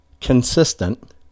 consistent